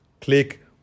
click